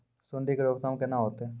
सुंडी के रोकथाम केना होतै?